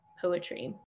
poetry